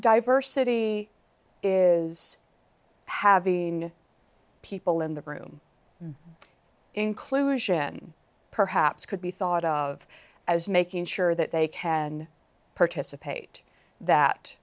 diversity is having people in the room inclusion perhaps could be thought of as making sure that they can participate that